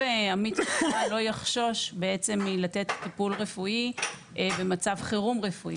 עמית רפואה לא יחשוש מלתת טיפול רפואי במצב חירום רפואי.